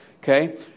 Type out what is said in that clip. Okay